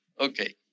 Okay